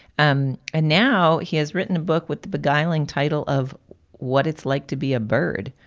um and now he has written a book with the beguiling title of what it's like to be a bird,